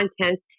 content